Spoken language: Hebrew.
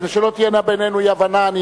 כדי שלא תהיינה בינינו אי-הבנות,